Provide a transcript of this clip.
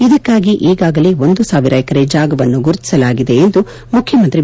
ಇದಕ್ಕಾಗಿ ಈಗಾಗಲೇ ಒಂದು ಸಾವಿರ ಎಕರೆ ಜಾಗವನ್ನು ಗುರುತಿಸಲಾಗಿದೆ ಎಂದು ಮುಖ್ಯಮಂತ್ರಿ ಬಿ